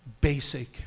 basic